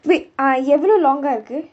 wait uh எவ்ளோ:evalo long ah இருக்கு:irukku